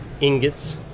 ingots